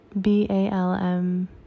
b-a-l-m